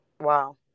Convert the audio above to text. Wow